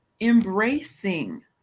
embracing